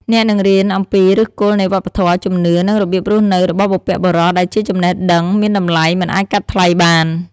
អ្នកនឹងរៀនអំពីឫសគល់នៃវប្បធម៌ ជំនឿ និងរបៀបរស់នៅរបស់បុព្វបុរស ដែលជាចំណេះដឹងមានតម្លៃមិនអាចកាត់ថ្លៃបាន។